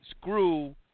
Screw